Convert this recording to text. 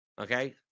okay